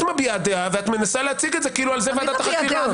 את מביעה דעה ומנסה להציג את זה כאילו על זה ועדת החקירה.